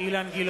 (קורא בשמות חברי הכנסת) אילן גילאון,